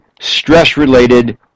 stress-related